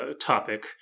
topic